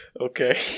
Okay